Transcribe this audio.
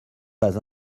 pas